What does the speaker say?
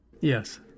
Yes